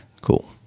cool